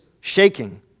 shaking